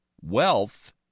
wealth